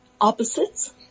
opposites